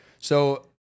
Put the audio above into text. So-